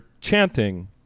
chanting